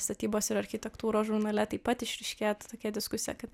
statybos ir architektūros žurnale taip pat išryškėtų tokia diskusija kad